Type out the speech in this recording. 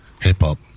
hip-hop